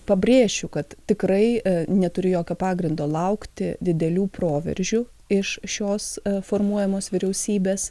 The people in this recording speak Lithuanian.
pabrėšiu kad tikrai neturiu jokio pagrindo laukti didelių proveržių iš šios formuojamos vyriausybės